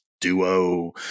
duo